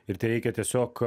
ir tereikia tiesiog